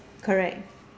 correct